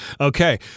Okay